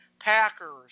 Packers